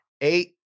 Eight